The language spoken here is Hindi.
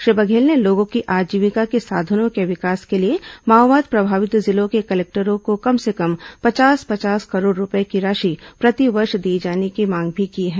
श्री बघेल ने लोगों की आजीविका के साधनों के विकास के लिए माओवाद प्रभावित जिलों के कलेक्टरों को कम से कम पचास पचास करोड़ रूपये की राशि प्रतिवर्ष दिए जाने की मांग भी की है